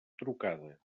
trucada